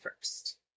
first